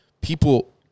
people